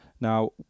Now